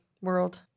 world